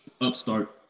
upstart